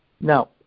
Now